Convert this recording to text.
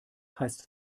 heißt